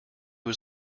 was